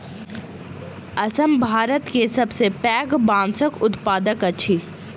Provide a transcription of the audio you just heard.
असम भारत के सबसे पैघ बांसक उत्पादक अछि